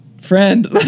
friend